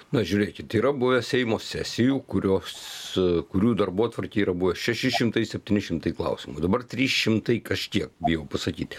na žiūrėkit yra buvę seimo sesijų kurios kurių darbotvarkėj yra buvę šeši šimtai septyni šimtai klausimų dabar trys šimtai kažkiek bijau pasakyti